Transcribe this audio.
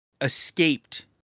escaped